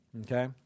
okay